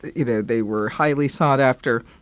you know, they were highly sought after.